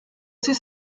c’est